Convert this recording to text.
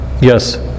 yes